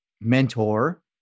mentor